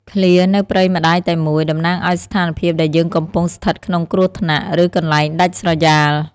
ឃ្លា «នៅព្រៃម្ដាយតែមួយ» តំណាងឱ្យស្ថានភាពដែលយើងកំពុងស្ថិតក្នុងគ្រោះថ្នាក់ ឬកន្លែងដាច់ស្រយាល។